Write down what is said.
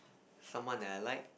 someone that I like